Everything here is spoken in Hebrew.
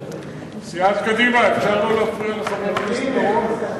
סיעת קדימה, אפשר לא להפריע לחבר הכנסת בר-און?